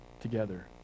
together